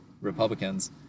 Republicans